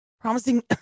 Promising